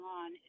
on